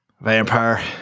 Vampire